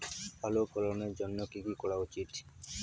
ভালো ফলনের জন্য কি কি করা উচিৎ?